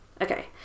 okay